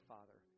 Father